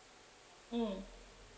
mm